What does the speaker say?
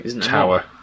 tower